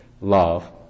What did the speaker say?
love